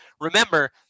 Remember